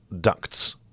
ducts